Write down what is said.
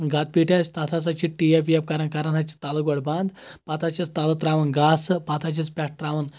گَتہٕ پیٖٹ آسہِ تَتھ ہسا چھِ ٹیپ ویپ کران کران حظ چھِ تَلہٕ گۄڈٕ بنٛد پَتہٕ حظ چھِس تَلہٕ تراوان گاسہٕ پَتہٕ حظ چھِس پٮ۪ٹھ تراوان